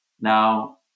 now